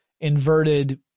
inverted